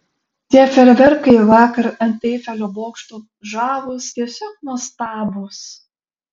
tie fejerverkai vakar ant eifelio bokšto žavūs tiesiog nuostabūs